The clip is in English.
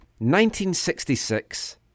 1966